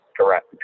Correct